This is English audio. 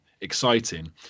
exciting